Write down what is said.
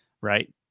right